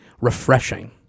refreshing